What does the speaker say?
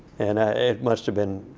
and it must have been,